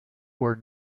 were